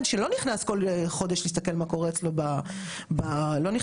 לא מקבל שום התראה על זה שאין הפקדות,